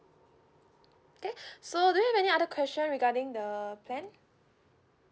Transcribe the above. K so do you have any other question regarding the plan